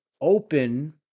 open